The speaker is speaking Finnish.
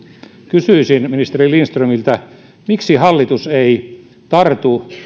kysyisin ministeri lindströmiltä miksi hallitus ei tartu